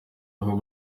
aho